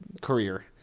career